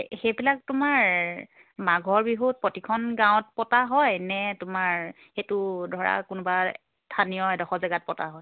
সেইবিলাক তোমাৰ মাঘৰ বিহুত প্ৰতিখন গাঁৱত পতা হয় নে তোমাৰ সেইটো ধৰা কোনোবা স্থানীয় এডোখৰ জেগাত পতা হয়